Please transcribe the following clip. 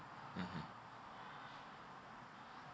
mmhmm